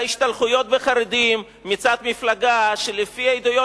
להשתלחויות בחרדים מצד מפלגה שלפי העדויות,